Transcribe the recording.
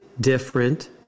different